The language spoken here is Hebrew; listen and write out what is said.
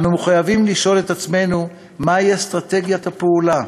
אנו מחויבים לשאול את עצמנו מהי אסטרטגיית הפעולה?